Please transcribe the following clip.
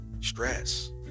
stress